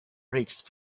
rich